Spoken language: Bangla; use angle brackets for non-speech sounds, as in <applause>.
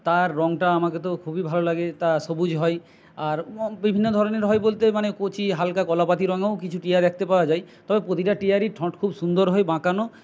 তার রংটা আমাকে তো খুবই ভালো লাগে তা সবুজ হয় আর <unintelligible> বিভিন্ন ধরনের হয় বলতে মানে কচি হালকা কলাপাতা রঙেও কিছু টিয়া দেখতে পাওয়া যায় তবে প্রতিটি টিয়ারই ঠোঁট খুব সুন্দর হয় বাঁকানো